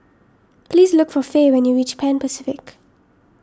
please look for Fae when you reach Pan Pacific